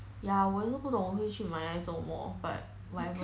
ya 我也是不懂我那去买那个做么 but whatever